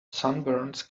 sunburns